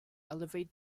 alleviate